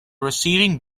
receiving